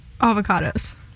avocados